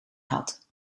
had